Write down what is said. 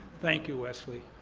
thank you, wesley,